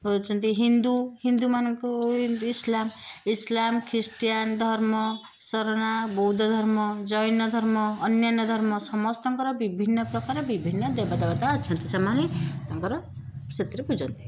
ହେଉଛନ୍ତି ହିନ୍ଦୁ ହିନ୍ଦୁମାନଙ୍କ Islam Islam Christian ଧର୍ମ ଶରଣା ବୌଦ୍ଧ ଧର୍ମ ଜୈନ ଧର୍ମ ଅନ୍ୟାନ୍ୟ ଧର୍ମ ସମସ୍ତଙ୍କର ବିଭିନ୍ନ ପ୍ରକାର ବିଭିନ୍ନ ଦେବଦେବତା ଅଛନ୍ତି ସେମାନେ ତାଙ୍କର ସେଥିରେ ପୂଜନ୍ତି